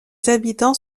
habitants